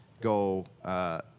go –